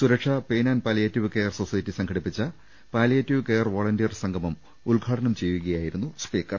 സുരക്ഷ pain and palliative care society സംഘടിപ്പിച്ച palliative care volunteer സംഗമം ഉദ്ഘാടനം ചെയ്യുകയായിരുന്നു സ്പീക്കർ